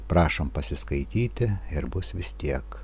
prašom pasiskaityti ir bus vis tiek